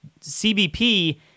CBP